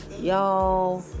y'all